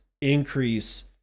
increase